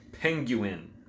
Penguin